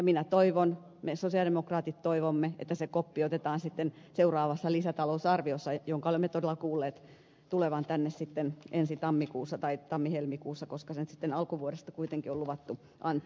minä toivon me sosialidemokraatit toivomme että se koppi otetaan sitten seuraavassa lisätalousarviossa jonka olemme todella kuulleet tulevan tänne sitten ensi tammikuussa tai tammihelmikuussa koska se nyt sitten alkuvuodesta kuitenkin on luvattu antaa